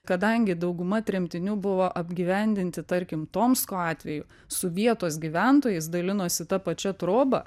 kadangi dauguma tremtinių buvo apgyvendinti tarkim tomsko atveju su vietos gyventojais dalinosi ta pačia troba